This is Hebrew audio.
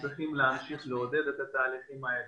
צריכים להמשיך לעודד את התהליכים האלה.